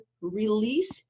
release